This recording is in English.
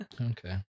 Okay